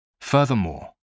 furthermore